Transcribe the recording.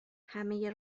همه